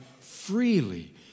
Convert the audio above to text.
freely